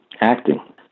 acting